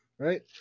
right